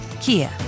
Kia